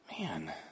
Man